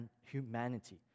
humanity